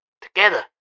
together